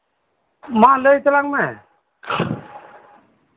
ᱢᱟ ᱞᱟᱹᱭ ᱛᱟᱞᱟᱝ ᱢᱮ